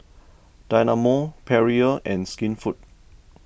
Dynamo Perrier and Skinfood